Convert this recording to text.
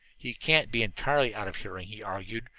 he can't be entirely out of hearing, he argued.